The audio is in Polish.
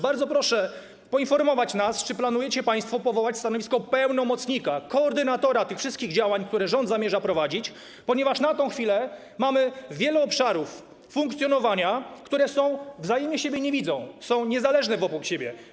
Bardzo proszę poinformować nas, czy planujecie państwo powołać stanowisko pełnomocnika, koordynatora tych wszystkich działań, które rząd zamierza prowadzić, ponieważ na tę chwilę mamy wiele obszarów funkcjonowania, które wzajemnie siebie nie widzą, są niezależne, obok siebie.